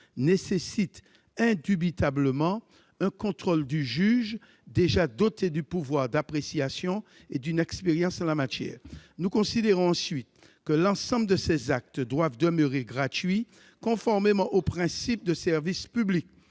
nécessitent indubitablement un contrôle du juge, lequel est déjà doté du pouvoir d'appréciation et d'une expérience en la matière. Nous considérons, par ailleurs, que l'ensemble de ces actes doit demeurer gratuit, conformément au principe de service public.